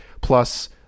plus